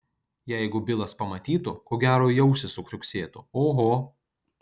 jeigu bilas pamatytų ko gero į ausį sukriuksėtų oho